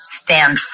stand